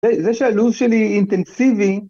זה שהלו"ז שלי אינטנסיבי.